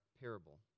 parable